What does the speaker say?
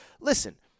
listen